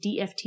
DFT